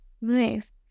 Nice